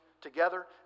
together